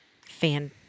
fan